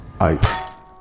I-